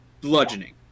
bludgeoning